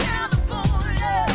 California